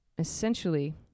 essentially